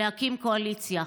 להקים קואליציה.